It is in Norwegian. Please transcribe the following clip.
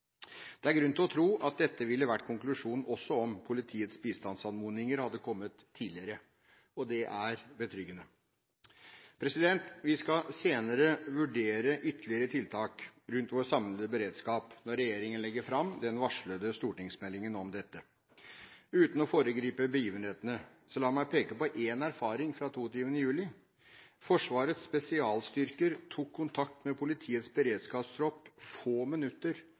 Det er grunn til å tro at dette ville vært konklusjonen også om politiets bistandsanmodninger hadde kommet tidligere, og det er betryggende. Vi skal senere vurdere ytterligere tiltak rundt vår samlede beredskap når regjeringen legger fram den varslede stortingsmeldingen om dette. Uten å foregripe begivenhetene: La meg peke på én erfaring fra 22. juli. Forsvarets spesialstyrker tok kontakt med Politiets beredskapstropp få minutter